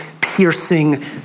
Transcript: piercing